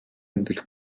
амьдрал